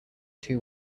two